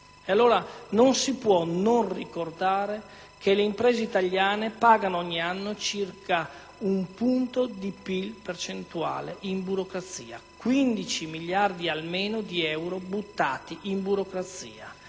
Non si può non ricordare che le imprese italiane pagano ogni anno circa un punto di PIL percentuale in burocrazia: 15 miliardi almeno di euro buttati in burocrazia.